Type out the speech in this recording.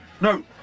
No